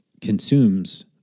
consumes